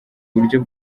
buryo